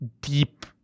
deep